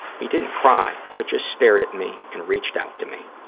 he didn't cry, but just stared at me and reached out to me.